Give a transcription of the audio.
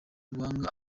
wanga